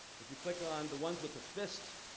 if you click on the ones with the fist,